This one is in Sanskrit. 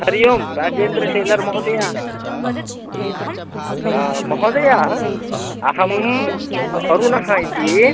हरिः ओम् राजेन्द्रः टेलर् महोदय महोदय अहं अ अरुणः इति